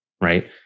right